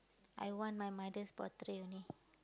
I want my mother's portrait only